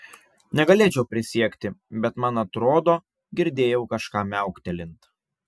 negalėčiau prisiekti bet man atrodo girdėjau kažką miauktelint